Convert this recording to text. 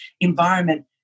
environment